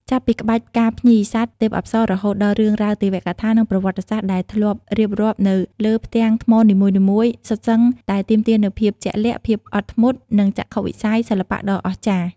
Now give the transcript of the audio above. ចាប់ពីក្បាច់ផ្កាភ្ញី សត្វ ទេពអប្សរ រហូតដល់រឿងរ៉ាវទេវកថា និងប្រវត្តិសាស្ត្រ ដែលឆ្លាក់រៀបរាប់នៅលើផ្ទាំងថ្មនីមួយៗ សុទ្ធសឹងតែទាមទារនូវភាពជាក់លាក់ ភាពអត់ធ្មត់ និងចក្ខុវិស័យសិល្បៈដ៏អស្ចារ្យ។